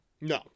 No